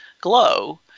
glow